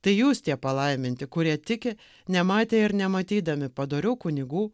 tai jūs tie palaiminti kurie tiki nematę ir nematydami padorių kunigų